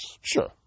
Sure